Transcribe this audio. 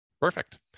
Perfect